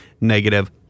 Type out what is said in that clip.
negative